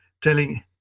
telling